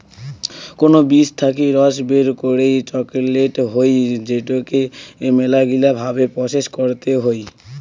cocoa বীজ থাকি রস বের করই চকলেট হই যেটোকে মেলাগিলা ভাবে প্রসেস করতে হই